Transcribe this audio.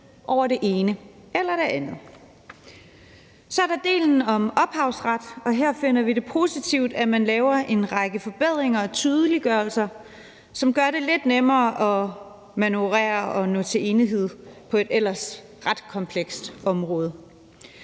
over det ene eller det andet. Så er der delen om ophavsret, og her finder vi det positivt, at man laver en række forbedringer og tydeliggørelser, som gør det lidt nemmere at manøvrere og nå til enighed på et ellers ret komplekst område.